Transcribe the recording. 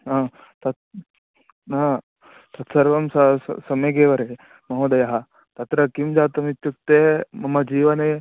हा तत् हा तत्सर्वं सम्यगेव रे महोदयः तत्र किं जातमित्युक्ते मम जीवने